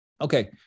Okay